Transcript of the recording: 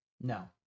No